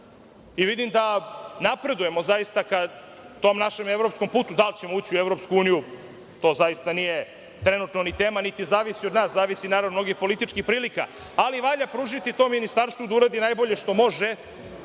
i vidim da napredujemo ka tom našem evropskom putu. Da li ćemo ući u Evropsku uniju, to zaista nije trenutno ni tema, niti zavisi od nas. Zavisi od mnogih političkih prilika, ali, valja pružiti tom ministarstvu da uradi najbolje što može